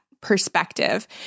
perspective